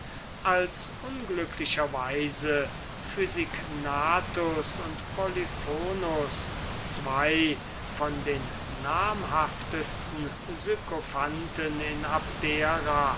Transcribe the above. als unglücklicher weise physignathus und polyphonus zween von den namhaftesten sykophanten in abdera